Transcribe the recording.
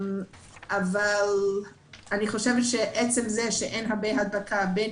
אני חושבת שעצם זה שאין הרבה הדבקה בין